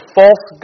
false